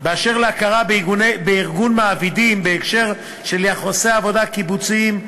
באשר להכרה בארגון מעבידים בהקשר של יחסי העבודה הקיבוציים,